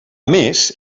més